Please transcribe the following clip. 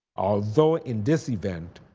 although in this event,